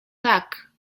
tak